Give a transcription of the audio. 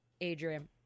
Adrian